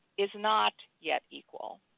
is not yet equal.